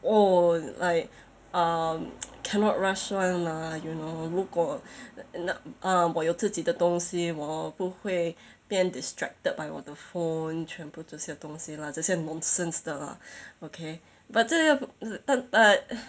oh like um cannot rush [one] lah you know 如果我有自己的东西我不会变 distracted by 我的 phone 全部这些东西啦这些 nonsense 的啦 okay but 这要但 but